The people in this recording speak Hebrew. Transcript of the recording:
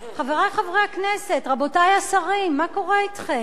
חברי חברי הכנסת, רבותי השרים, מה קורה אתכם?